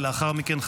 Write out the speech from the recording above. ולאחר מכן,